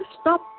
stop